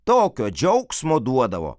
tokio džiaugsmo duodavo